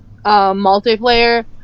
multiplayer